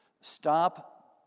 stop